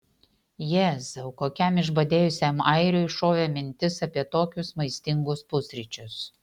jėzau kokiam išbadėjusiam airiui šovė mintis apie tokius maistingus pusryčius